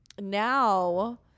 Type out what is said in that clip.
now